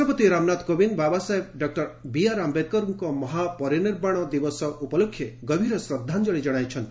ରାଷ୍ଟ୍ରପତି Ramnath Kovind Babasaheb doctor BR ଆୟେଦ୍କରଙ୍କ ମହାପରିନିର୍ବାଣ ଦିବସ ଉପଲକ୍ଷେ ଗଭୀର ଶ୍ରଦ୍ଧାଞ୍ଚଳି ଜଣାଇଛନ୍ତି